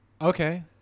Okay